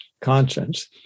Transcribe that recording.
conscience